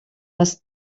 les